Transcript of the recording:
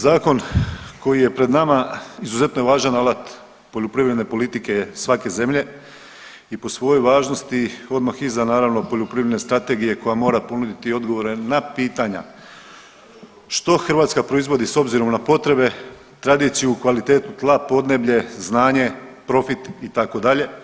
Zakon koji je pred nama izuzetno je važan alat poljoprivredne politike svake zemlje i po svojoj važnosti odmah iza naravno poljoprivredne strategije koja mora ponuditi odgovore na pitanja što Hrvatska proizvodi s obzirom na potrebe, tradiciju, kvalitetu tla, podneblje, znanje, profit itd.